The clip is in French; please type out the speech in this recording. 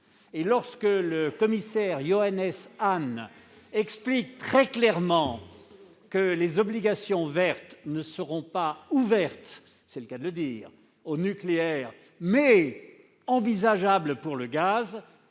Et lorsque le commissaire Johannes Hahn explique très clairement que les obligations vertes ne seront pas ouvertes- c'est le cas de le dire -au nucléaire, mais qu'il est envisageable qu'elles